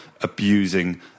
abusing